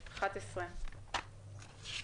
הצבעה אושרה.